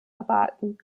erwarten